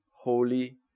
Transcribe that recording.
holy